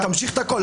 --- תמשיך הכול.